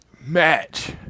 match